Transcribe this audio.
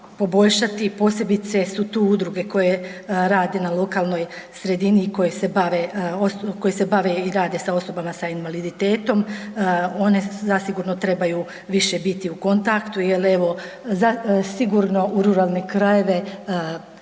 poboljšati posebice su tu udruge koje rade na lokalnoj sredini i koje se bave i rade sa osobama sa invaliditetom, one zasigurno više trebaju biti u kontaktu jer evo, sigurno u ruralne krajeve te